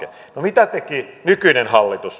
no mitä teki nykyinen hallitus